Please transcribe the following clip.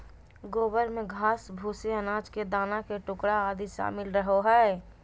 गोबर में घास, भूसे, अनाज के दाना के टुकड़ा आदि शामिल रहो हइ